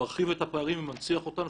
מרחיב את הפערים ומנציח אותם,